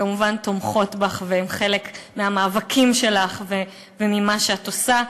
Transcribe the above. שכמובן תומכות בך והן חלק מהמאבקים שלך וממה שאת עושה.